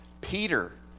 peter